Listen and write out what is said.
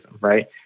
right